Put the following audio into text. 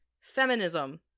feminism